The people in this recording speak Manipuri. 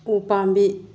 ꯎꯄꯥꯝꯕꯤ